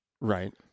right